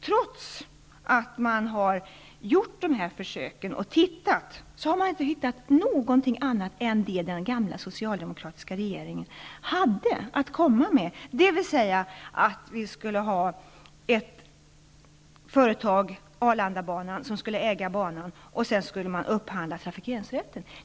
Trots att man har försökt har man inte hittat något annat än det som den gamla socialdemokratiska regeringen hade att komma med, dvs. att ett företag, Arlandabanan, skulle äga banan och att trafikeringsrätten skulle upphandlas.